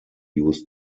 use